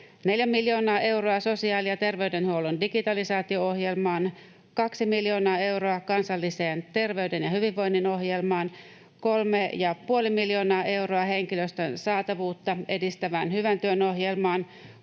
4 miljoonaa euroa sosiaali- ja terveydenhuollon digitalisaatio-ohjelmaan, 2 miljoonaa euroa kansalliseen terveyden ja hyvinvoinnin ohjelmaan, 3,5 miljoonaa euroa henkilöstön saatavuutta edistävään hyvän työn ohjelmaan,